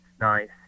nice